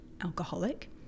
alcoholic